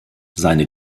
seine